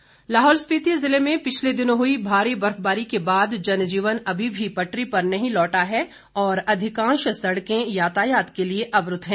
जनजीवन लाहौल स्पीति जिले में पिछले दिनों हुई भारी बर्फबारी के बाद जनजीवन अभी भी पटरी पर नहीं लौटा है और अधिकांश सड़कें यातायात के लिए अवरूद्ध है